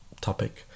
topic